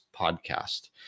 podcast